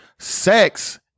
Sex